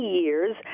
years